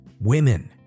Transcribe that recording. women